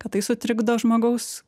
kad tai sutrikdo žmogaus